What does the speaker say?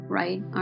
right